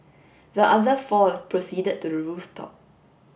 the other four proceeded to rooftop